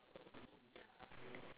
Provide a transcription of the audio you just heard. err winnie the pooh